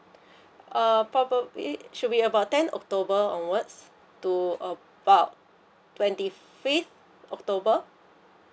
err probably should be about ten october onwards to about twenty fifth october